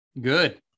Good